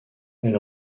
elle